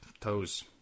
toes